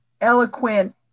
eloquent